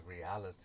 reality